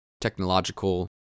technological